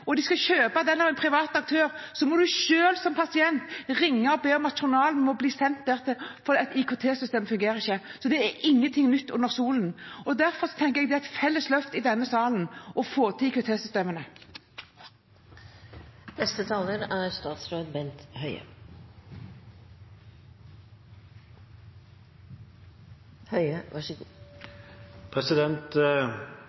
og de skal kjøpe den av en privat aktør, må man selv som pasient ringe og be om at journalen må bli sendt dit, fordi IKT-systemet ikke fungerer. Så det er ingenting nytt under solen. Derfor tenker jeg at det er et felles løft i denne salen å få til